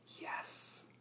Yes